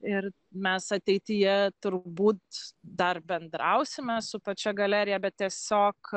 ir mes ateityje turbūt dar bendrausime su pačia galerija bet tiesiog